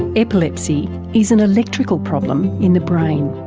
epilepsy is an electrical problem in the brain.